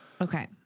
Okay